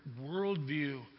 worldview